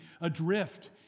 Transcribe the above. adrift